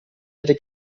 hätte